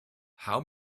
how